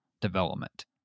development